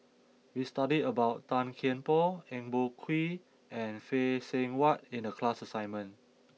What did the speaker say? We study about Tan Kian Por Eng Boh Kee and Phay Seng Whatt in the class assignment